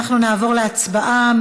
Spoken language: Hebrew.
אנחנו נעבור להצבעה.